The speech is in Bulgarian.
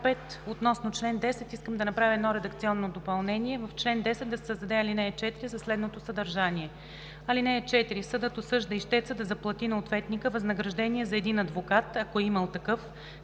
чл. 10 искам да направя едно редакционно допълнение. В чл. 10 да се създаде ал. 4 със следното съдържание: „(4) Съдът осъжда ищеца да заплати на ответника възнаграждение за един адвокат, ако е имал такъв,